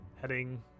heading